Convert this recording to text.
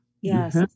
Yes